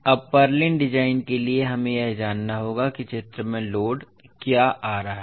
अब purlins design के लिए हमें यह जानना होगा कि चित्र में लोड क्या आ रहा है